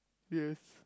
yes